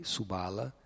Subala